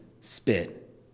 spit